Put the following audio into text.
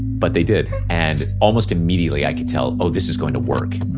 but they did. and almost immediately i could tell, oh this is going to work